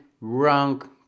wrong